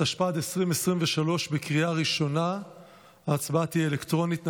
התשפ"ד 2023. ההצבעה תהיה אלקטרונית.